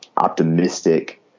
optimistic